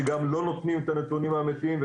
שגם לא נותנים את הנתונים האמיתיים,